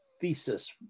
thesis